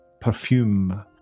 perfume